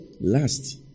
last